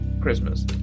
Christmas